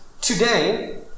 Today